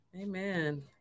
Amen